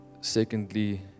secondly